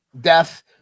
death